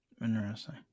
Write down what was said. Interesting